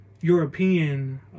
European